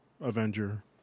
Avenger